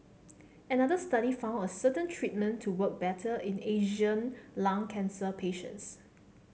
another study found a certain treatment to work better in Asian lung cancer patients